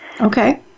Okay